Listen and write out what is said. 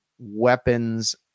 weapons